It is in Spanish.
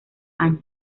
años